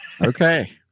Okay